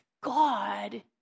God